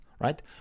right